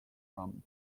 from